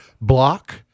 block